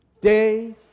day